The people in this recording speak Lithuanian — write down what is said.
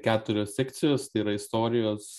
keturios sekcijos tai yra istorijos